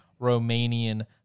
Romanian